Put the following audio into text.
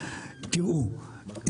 תראו,